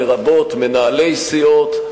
לרבות מנהלי סיעות,